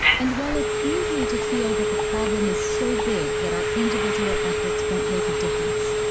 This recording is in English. and while it's easy to feel that the problem is so big that our individual efforts won't make a difference,